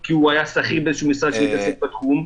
כי הוא היה שכיר באיזשהו משרד שעסק בתחום.